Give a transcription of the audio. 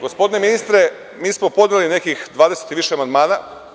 Gospodine ministre, mi smo podneli nekih 20 i više amandmana.